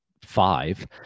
five